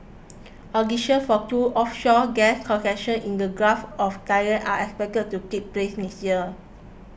auctions for two offshore gas concessions in the Gulf of Thailand are expected to take place next year